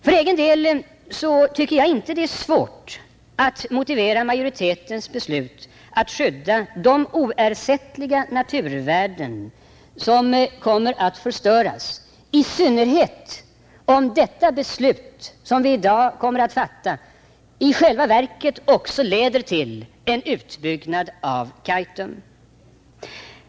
För egen del tycker jag inte det är svårt att motivera majoritetens beslut att skydda de oersättliga naturvärden som kommer att förstöras, i synnerhet om det beslut som vi i dag kommer att fatta i själva verket också leder till en utbyggnad av Kaitum.